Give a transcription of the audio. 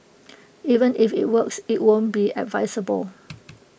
even if IT works IT won't be advisable